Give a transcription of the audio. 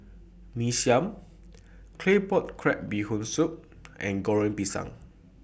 Mee Siam Claypot Crab Bee Hoon Soup and Goreng Pisang